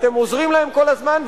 אתם עוזרים להם כל הזמן,